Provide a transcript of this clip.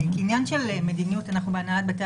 כעניין של מדיניות אנחנו בהנהלת בתי